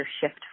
shift